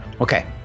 Okay